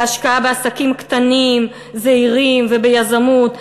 להשקעה בעסקים קטנים זעירים וביזמות,